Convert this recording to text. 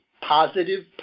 positive